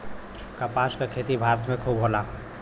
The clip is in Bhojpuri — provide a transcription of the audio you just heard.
कपास क खेती भारत में खूब होला